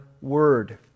word